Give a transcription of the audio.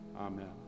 Amen